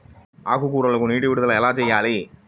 ఆకుకూరలకు నీటి విడుదల ఎలా చేయాలి?